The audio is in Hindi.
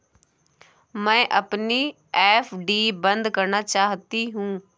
मैं अपनी एफ.डी बंद करना चाहती हूँ